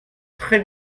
très